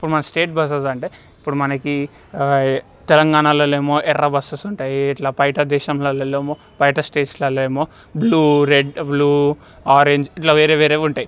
ఇప్పుడు మన state buses అంటే ఇప్పుడు మనకి తెలంగాణలలో ఏమో ఎర్ర బస్సెస్ ఉంటయి ఇట్లా బయట దేశంలల్లో ఏమో బయట స్టేట్స్లల్లో ఏమో బ్లూ రెడ్ బ్లూ ఆరెంజ్ ఇట్లా వేరే వేరే ఉంటాయి